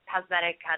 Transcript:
cosmetic